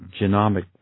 genomic